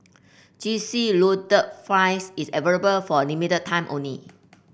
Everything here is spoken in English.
Cheesy Loaded Fries is available for a limited time only